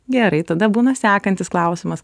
gerai tada būna sekantis klausimas